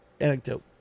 anecdote